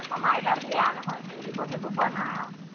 মামাৰ এইবাৰ বিয়া নহয় কি দিব ধৰিব পৰা নাই আৰু